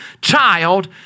child